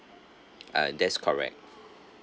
ah that's correct